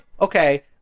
Okay